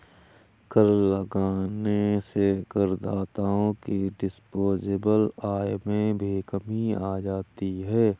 कर लगने से करदाताओं की डिस्पोजेबल आय में भी कमी आ जाती है